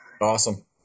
Awesome